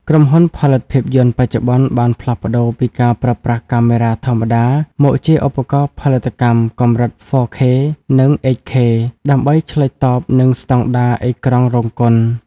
ក្រុមហ៊ុនផលិតភាពយន្តបច្ចុប្បន្នបានផ្លាស់ប្តូរពីការប្រើប្រាស់កាមេរ៉ាធម្មតា មកជាឧបករណ៍ផលិតកម្មកម្រិត 4K និង 8K ដើម្បីឆ្លើយតបនឹងស្តង់ដារអេក្រង់រោងកុន។